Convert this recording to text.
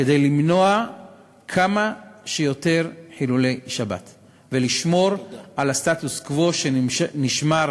כדי למנוע כמה שיותר חילולי שבת ולשמור על הסטטוס-קוו שנשמר